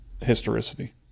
historicity